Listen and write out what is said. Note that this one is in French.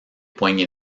poignées